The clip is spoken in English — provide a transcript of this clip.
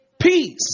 Peace